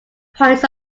points